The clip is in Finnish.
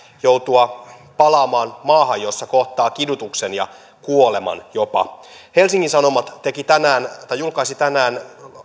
joutua palaamaan maahan jossa kohtaa kidutuksen ja kuoleman jopa helsingin sanomat julkaisi tänään